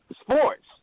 sports